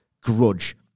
grudge